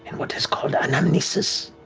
what is called anamnesis.